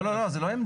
לא, לא, זה לא עמדה.